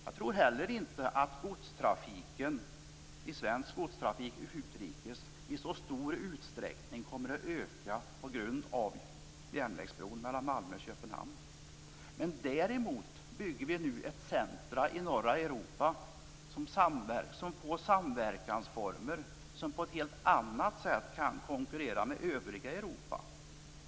Jag tror heller inte att svensk godstrafik utrikes kommer att öka i så stor utsträckning på grund av järnvägsbron mellan Malmö och Köpenhamn. Däremot bygger vi nu ett centrum i norra Europa som med sina samverkansformer kan konkurrera med övriga Europa på ett helt annat sätt.